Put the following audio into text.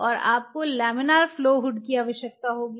और आपको laminar flow hood की आवश्यकता होगी